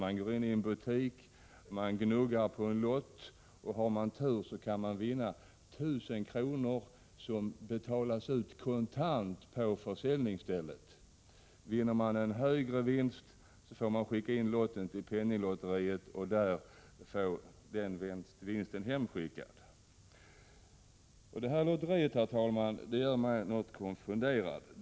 Man går in i en butik, köper en lott och gnuggar på den, och har man tur kan man vinna 1 000 kr., som betalas ut kontant på försäljningsstället. Får man en högre vinst får man skicka in lotten till Penninglotteriet och få vinsten hemskickad. Det här lotteriet gör mig något konfunderad.